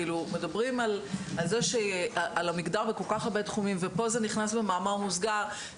מדברים על המגדר בכל כך הרבה תחומים ופה זה נכנס במאמר מוסגר.